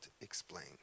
explain